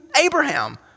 Abraham